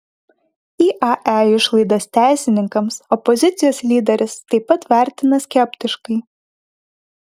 iae išlaidas teisininkams opozicijos lyderis taip pat vertina skeptiškai